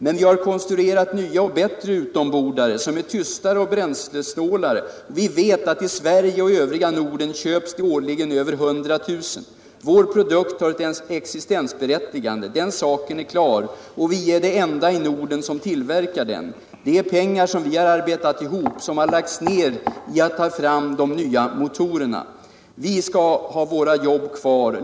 Men vi har konstruerat nya och bättre utombordare som är tystare och bränslesnålare, och vi vet att i Sverige och övriga Norden köps det årligen över hundratusen. Vår produkt har ett existensberättigande. Den saken är klar. Och vi är de enda i Norden som tillverkar den. Det är pengar som vi har arbetat ihop, som har lagts ner i att ta fram de nya motorerna. —- —--Vi ska ha våra jobb kvar!